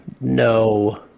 no